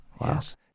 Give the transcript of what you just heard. yes